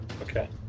Okay